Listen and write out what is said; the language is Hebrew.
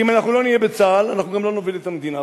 כי אם אנחנו לא נהיה בצה"ל אנחנו גם לא נוביל את המדינה,